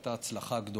הייתה הצלחה גדולה.